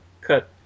cut